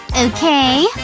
okay?